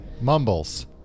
Mumbles